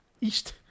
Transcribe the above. east